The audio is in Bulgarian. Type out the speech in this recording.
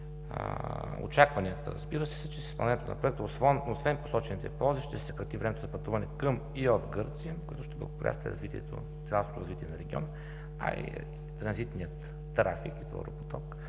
Очакванията са, разбира се, че с изпълнението на проекта, освен посочените ползи, ще се съкрати времето за пътуване към и от Гърция, което ще благоприятства цялостното развитие на региона, а и транзитният трафик и товаропоток